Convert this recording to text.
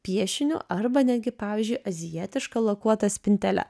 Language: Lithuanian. piešiniu arba netgi pavyzdžiui azijietiška lakuota spintele